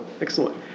excellent